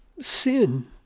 sin